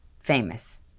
famous